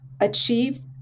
achieve